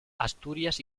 asturias